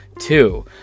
Two